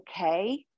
okay